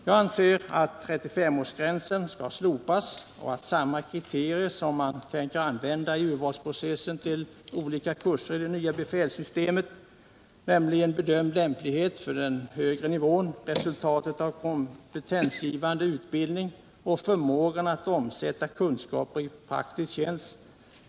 Jag anser att 35-årsgränsen skall slopas och att samma kriterier skall tillämpas som man tänker använda i urvalsprocessen till olika kurser i det nya befälssystemet, nämligen bedömd lämplighet för den högre nivån, resultatet av kompetensgivande utbildning och förmågan att omsätta kunskaper i praktisk tjänst.